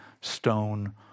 stone